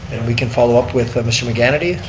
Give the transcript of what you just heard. and we can follow up with mr. mchanity,